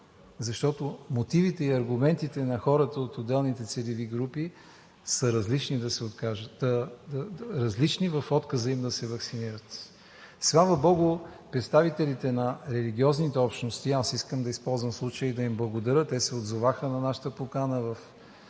защото мотивите и аргументите на хората от отделните целеви групи да се откажат са различни в отказа им да се ваксинират. Слава богу, представителите на религиозните общности – аз искам да използвам случая да им благодаря, се отзоваха на нашата покана за участие